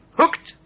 hooked